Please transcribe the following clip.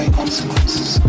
consequences